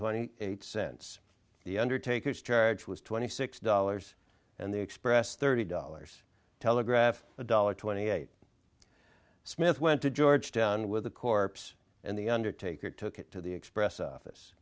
twenty eight cents the undertakers charge was twenty six dollars and the express thirty dollars telegraph a dollar twenty eight smith went to georgetown with the corpse and the undertaker took it to the express office